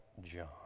John